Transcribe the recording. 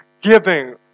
giving